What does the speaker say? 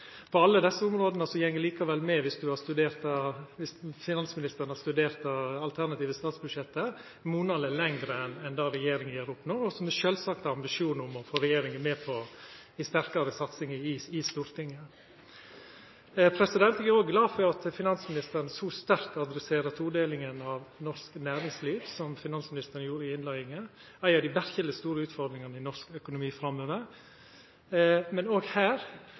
regjeringa gjer no, og me har sjølvsagt ambisjonar om å få regjeringa med på ei sterkare satsing i Stortinget. Eg er òg glad for at finansministeren – i innleiinga – så sterkt adresserer todelinga av norsk næringsliv. Det er ei av dei verkeleg store utfordringane i norsk økonomi framover. Men òg her